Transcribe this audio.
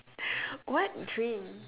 what dream